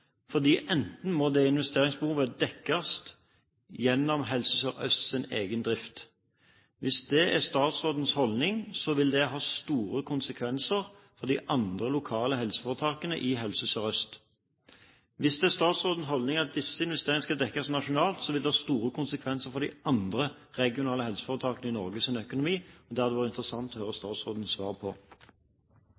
det må dekkes gjennom Helse Sør-Østs egen drift. Hvis det er statsrådens holdning, vil det ha store konsekvenser for de andre lokale helseforetakene i Helse Sør-Øst. Hvis det er statsrådens holdning at disse investeringene skal dekkes nasjonalt, vil det få store konsekvenser for de andre regionale helseforetakene i Norges økonomi. Det hadde det vært interessant å få høre